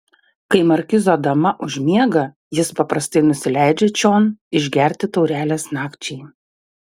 kai markizo dama užmiega jis paprastai nusileidžia čion išgerti taurelės nakčiai